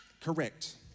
Correct